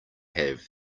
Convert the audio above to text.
have